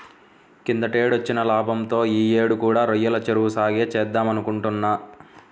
కిందటేడొచ్చిన లాభంతో యీ యేడు కూడా రొయ్యల చెరువు సాగే చేద్దామనుకుంటున్నా